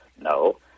No